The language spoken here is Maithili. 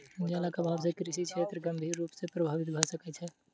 जलक अभाव से कृषि क्षेत्र गंभीर रूप सॅ प्रभावित भ सकै छै